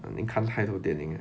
你看太多电影